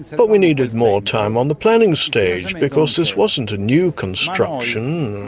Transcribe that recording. but we needed more time on the planning stage because this wasn't a new construction,